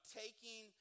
taking